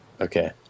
Okay